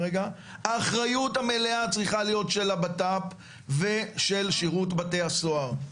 האחריות המלאה צריכה להיות של הבט"פ ושל שירות בתי הסוהר.